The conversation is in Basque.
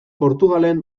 portugalen